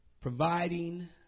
providing